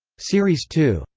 series two.